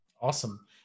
Awesome